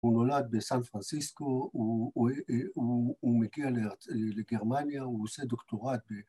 ‫הוא נולד בסן פרנסיסקו, ‫הוא מגיע לגרמניה, הוא עושה דוקטורט.